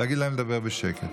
להגיד להם לדבר בשקט.